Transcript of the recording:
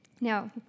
Now